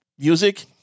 music